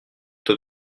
tôt